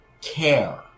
care